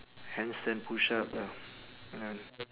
handstand push up ya ya